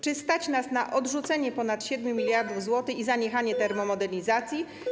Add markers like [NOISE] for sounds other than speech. Czy stać nas na odrzucenie ponad 7 mld zł [NOISE] i zaniechanie termomodernizacji?